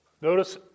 Notice